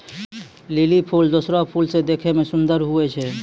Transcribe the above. lily फूल दोसरो फूल से देखै मे सुन्दर हुवै छै